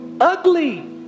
Ugly